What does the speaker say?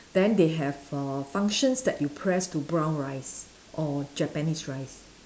then they have err functions that you press to brown rice or Japanese rice